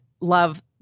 love